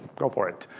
go for it.